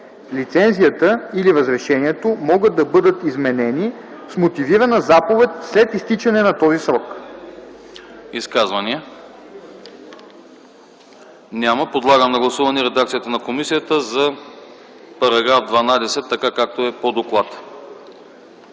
Лицензията или разрешението могат да бъдат изменени с мотивирана заповед след изтичането на този срок.”